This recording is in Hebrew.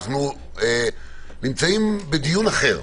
אנחנו נמצאים בדיון אחר,